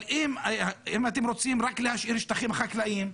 אבל אם אתם רוצים להשאיר רק שטחים חקלאיים,